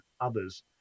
others